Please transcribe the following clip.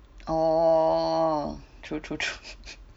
oh true true true